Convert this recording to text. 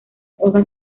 hojas